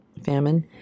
Famine